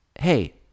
hey